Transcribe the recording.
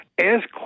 ask